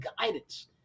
guidance